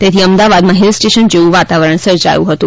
તેથી અમદાવાદમાં hill station જેવું વાતાવરણ સર્જાયું હતું